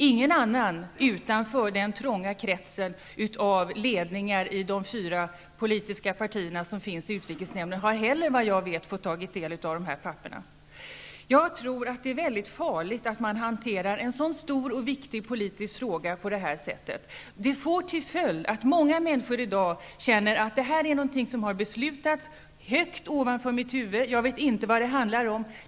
Ingen utanför den trånga kretsen av ledningar i de fyra politiska partierna som är med i utrikesnämnden har heller, vad jag vet, fått ta del av de här papperen. Jag tror att det är väldigt farligt att hantera en så stor och viktig politisk fråga på det sättet. Det får till följd att många människor i dag känner att detta är någonting som har beslutats högt ovanför våra huvuden. Man vet inte vad det handlar om.